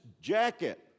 jacket